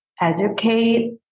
educate